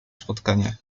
spotkanie